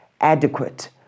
adequate